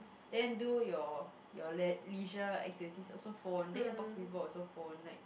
then do your your lei~ leisure activity also phone then you talk to people also phone like